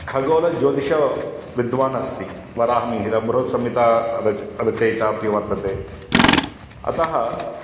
खगोलज्योतिषविद्वान् अस्ति वराहमिहिरः बृहत्संहिता रच् रचयिता अपि वर्तते अतः